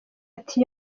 ati